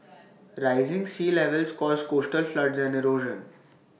rising sea levels cause coastal floods and erosion